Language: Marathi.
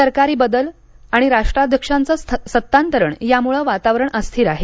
सरकारी बदल आणि राष्ट्राध्यक्षांचं सत्तांतरण यामुळे वातावरण अस्थिर आहे